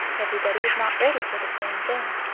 everybody is not ready for the same thing.